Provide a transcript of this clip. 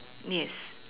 yes